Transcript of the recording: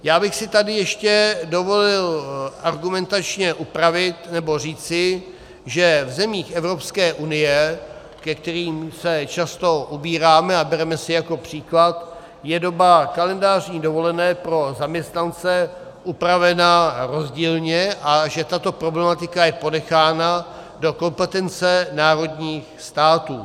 Já bych si tady ještě dovolil argumentačně upravit nebo říci, že v zemích Evropské unie, ke kterým se často ubíráme a bereme si je jako příklad, je doba kalendářní dovolené pro zaměstnance upravena rozdílně a že tato problematika je ponechána do kompetence národních států.